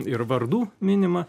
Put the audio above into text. ir vardų minima